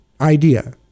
idea